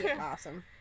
Awesome